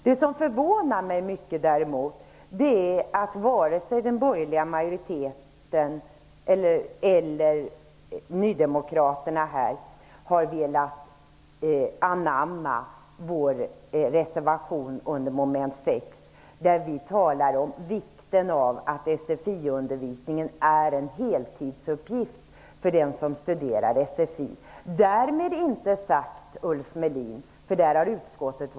Det som däremot förvånar mig mycket är att varken den borgerliga majoriteten eller nydemokraterna har velat anamma vår reservation under mom. 6 där vi talar om vikten av att SFI undervisningen är en heltidsuppgift för den som studerar SFI. Där har utskottet varit mycket tydligt.